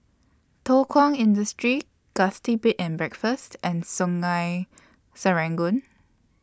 Thow Kwang Industry Gusti Bed and Breakfast and Sungei Serangoon